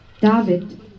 David